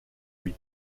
lui